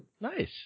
Nice